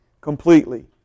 completely